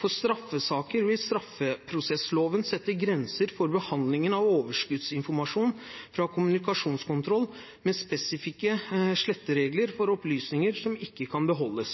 For straffesaker vil straffeprosessloven sette grenser for behandlingen av overskuddsinformasjon fra kommunikasjonskontroll med spesifikke sletteregler for opplysninger som ikke kan beholdes.